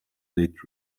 lit